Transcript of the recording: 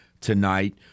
tonight